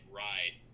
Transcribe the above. ride